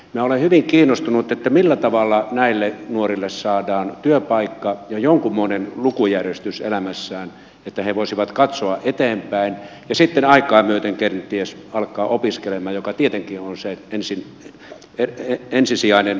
minä olen hyvin kiinnostunut siitä millä tavalla näille nuorille saadaan työpaikka ja jonkunmoinen lukujärjestys heidän elämäänsä että he voisivat katsoa eteenpäin ja sitten aikaa myöten kenties alkaa opiskella mikä tietenkin on se ensisijainen tarkoitus